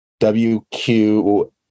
WQ